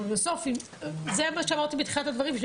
אבל בסוף זה מה שאמרתי בתחילת הדברים שלי,